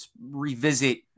Revisit